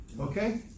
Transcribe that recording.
okay